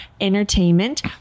Entertainment